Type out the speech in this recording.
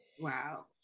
Wow